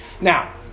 Now